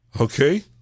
Okay